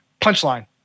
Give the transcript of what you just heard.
punchline